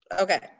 Okay